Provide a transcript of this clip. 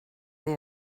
det